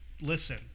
listen